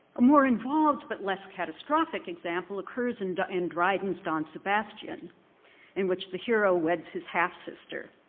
a more involved but less catastrophic example occurs and in dryden's don sebastian in which the hero weds his half-sister,